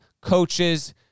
coaches